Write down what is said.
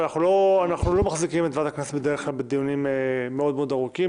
אבל בדרך כלל אנחנו לא מחזיקים את ועדת הכנסת בדיונים מאוד מאוד ארוכים.